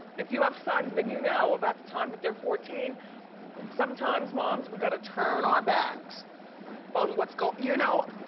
if you have sons then you know about the time that they're fourteen sometimes moms we gotta turn our backs on what's going, you know?